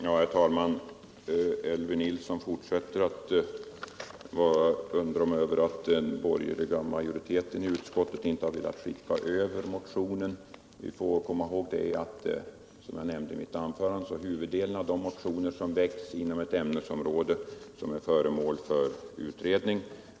Herr talman! Elvy Nilsson fortsätter att förundra sig över att den borgerliga majoriteten i utskottet inte har velat skicka över motionen till utredningen. Som jag nämnde tidigare avslås huvuddelen av de motioner som väcks inom ett ämnesområde som är föremål för utredning.